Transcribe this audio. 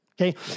Okay